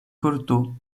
korto